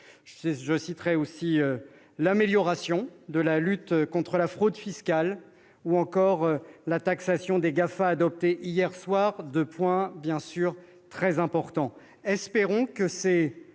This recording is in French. Je citerai aussi l'amélioration de la lutte contre la fraude fiscale, ou encore la taxation des GAFA, adoptée hier soir. Ces deux points sont très importants.